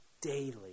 daily